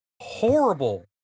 horrible